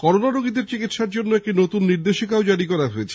corona রোগীদের চিকিৎসার জন্য একটি নতুন নির্দেশিকাও জারি করা হয়েছে